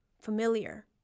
familiar